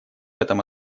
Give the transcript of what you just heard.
этом